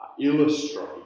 illustrate